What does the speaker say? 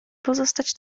pozostać